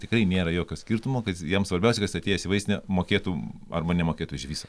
tikrai nėra jokio skirtumo kad jam svarbiausia kad jis atėjęs į vaistinę mokėtų arba nemokėtų iš viso